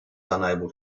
unable